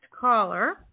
caller